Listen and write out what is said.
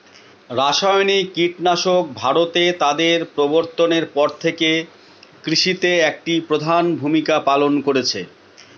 রাসায়নিক কীটনাশক ভারতে তাদের প্রবর্তনের পর থেকে কৃষিতে একটি প্রধান ভূমিকা পালন করেছে